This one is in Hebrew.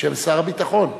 בשם שר הביטחון.